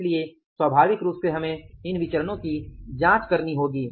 इसलिए स्वाभाविक रूप से हमें इन विचरणो की भी जांच करनी होगी